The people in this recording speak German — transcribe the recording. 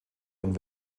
und